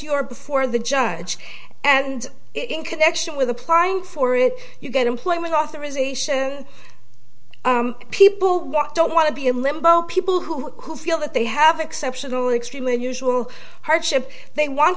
you're before the judge and in connection with applying for it you get employment authorization people don't want to be in limbo people who who feel that they have exceptional extremely unusual hardship they want